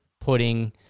putting